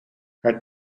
haar